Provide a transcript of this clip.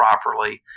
properly